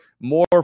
More